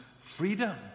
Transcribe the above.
freedom